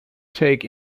take